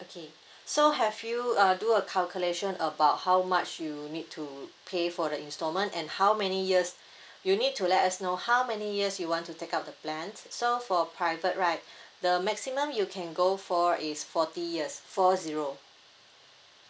okay so have you uh do a calculation about how much you need to pay for the installment and how many years you need to let us know how many years you want to take up the plans so for private right the maximum you can go for is forty years four zero